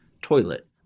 toilet